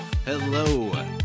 Hello